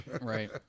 right